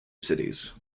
cities